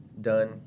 done